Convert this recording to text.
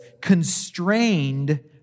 constrained